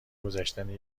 گذشتن